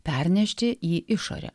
pernešti į išorę